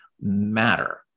matter